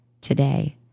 today